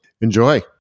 enjoy